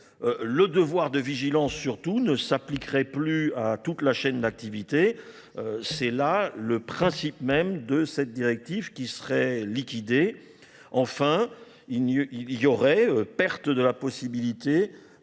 Le devoir de vigilance surtout ne s'appliquerait plus à toute la chaîne d'activité. C'est là le principe même de cette directive qui serait liquidée. Enfin, il y aurait perte de la possibilité